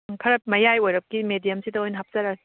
ꯈꯔ ꯃꯌꯥꯏ ꯑꯣꯏꯔꯞꯀꯤ ꯃꯦꯗꯤꯌꯝꯁꯤꯗ ꯑꯣꯏꯅ ꯍꯥꯞꯆꯔꯛꯑꯒꯦ